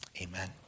Amen